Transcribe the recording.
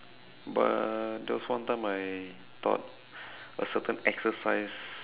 but there was one time I thought a certain exercise